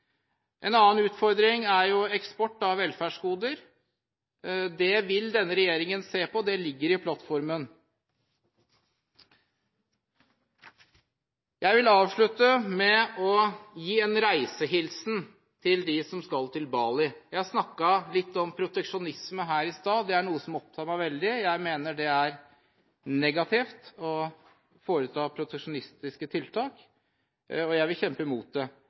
En annen utfordring er eksport av velferdsgoder. Det vil denne regjeringen se på – det ligger i plattformen. Jeg vil avslutte med å gi en reisehilsen til dem som skal til Bali. Jeg snakket litt om proteksjonisme her i stad. Det er noe som opptar meg veldig. Jeg mener det er negativt å foreta proteksjonistiske tiltak, og jeg vil kjempe imot det.